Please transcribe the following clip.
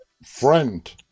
friend